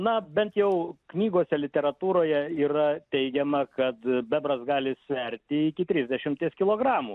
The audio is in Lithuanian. na bent jau knygose literatūroje yra teigiama kad bebras gali sverti iki trisdešimties kilogramų